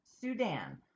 Sudan